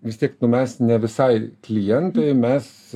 vis tiek nu mes ne visai klientai mes